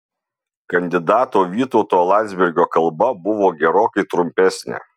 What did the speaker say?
kandidato vytauto landsbergio kalba buvo gerokai trumpesnė